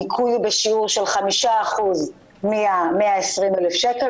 הניכוי בשיעור של 5% מה-120,000 שקל,